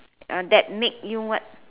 ah that make you what